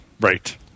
Right